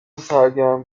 سرگرم